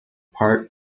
part